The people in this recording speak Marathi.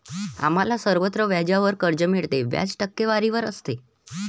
आम्हाला सर्वत्र व्याजावर कर्ज मिळते, व्याज टक्केवारीवर असते